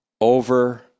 over